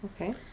okay